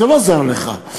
זה לא זר לך,